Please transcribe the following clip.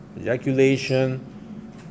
Ejaculation